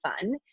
fun